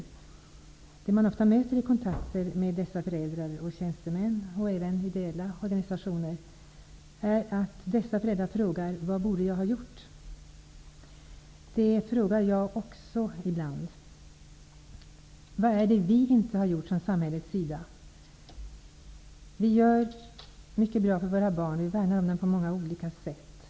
En ofta förekommande företeelse vid kontakter mellan dessa föräldrar och tjänstemän eller ideella organisationer är att föräldrarna frågar vad de borde ha gjort. Jag undrar också det ibland. Vad är det vi inte har gjort från samhällets sida? Vi gör mycket bra för våra barn. Vi värnar om dem på olika sätt.